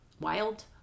wild